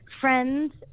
friends